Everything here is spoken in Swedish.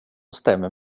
stämmer